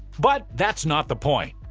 but that's not the point,